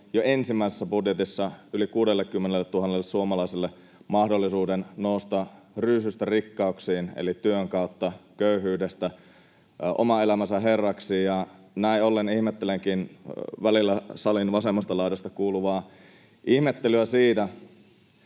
jo ensimmäisessä budjetissa yli 60 000:lle, suomalaisille mahdollisuuden nousta ryysyistä rikkauksiin eli työn kautta köyhyydestä oman elämänsä herraksi. Ja näin ollen ihmettelenkin välillä salin vasemmasta laidasta kuuluvaa ihmettelyä,